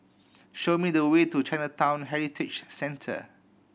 show me the way to Chinatown Heritage Centre